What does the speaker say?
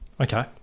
Okay